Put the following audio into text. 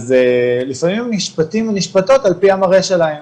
אז לפעמים הם נשפטים ונשפטות על פי המראה שלהם,